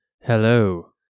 hello